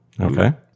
okay